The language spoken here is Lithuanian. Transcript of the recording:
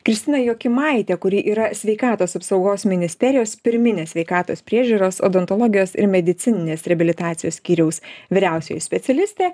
kristiną jokimaitę kuri yra sveikatos apsaugos ministerijos pirminės sveikatos priežiūros odontologijos ir medicininės reabilitacijos skyriaus vyriausioji specialistė